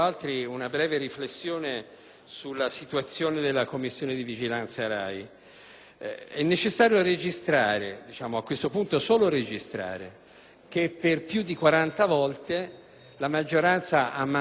È necessario registrare - e, a questo punto, diciamo solo registrare - che, per più di 40 volte, la maggioranza ha mandato la Commissione in condizioni di assenza di numero legale,